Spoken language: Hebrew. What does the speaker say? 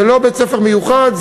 זה לא בית-ספר מיוחד,